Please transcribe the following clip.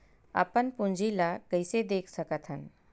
अपन पूंजी ला कइसे देख सकत हन?